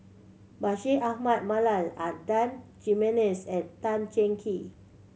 Bashir Ahmad Mallal Adan Jimenez and Tan Cheng Kee